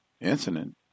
Incident